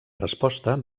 resposta